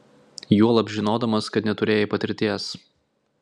juolab žinodamas kad neturėjai patirties